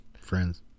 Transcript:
friends